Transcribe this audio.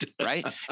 right